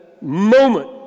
moment